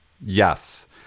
Yes